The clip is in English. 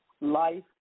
Life